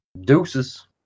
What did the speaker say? Deuces